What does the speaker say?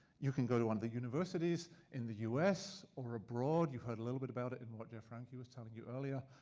you can go to one of the universities in the us or abroad. you've heard a little bit about it in what dean franke was telling you earlier.